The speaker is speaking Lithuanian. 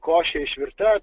košė išvirta